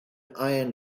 iron